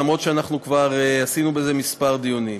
למרות שאנחנו כבר עשינו בזה כמה דיונים.